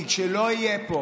כי כשלא יהיה פה